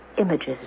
images